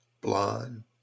blonde